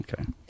Okay